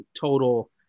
total